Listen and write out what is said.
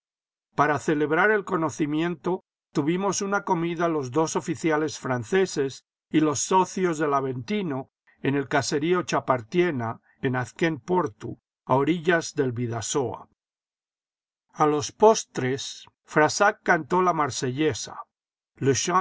para celebrar el conocimiento tuvimos una comida los dos oficiales franceses y los socios del aventino en el caserío chapartiena en azquen portu a orillas del bidasoa a los postres frassac cantó la marsellesa